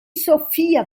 sophia